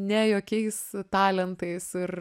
ne jokiais talentais ir